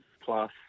plus